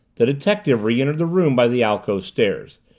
the detective re-entered the room by the alcove stairs,